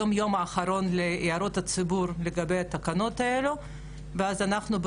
היום זה היום האחרון להערות הציבור לגבי התקנות האלה וכל